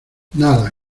nada